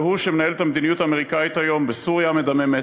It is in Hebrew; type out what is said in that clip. והוא שמנהל את המדיניות האמריקנית היום בסוריה המדממת,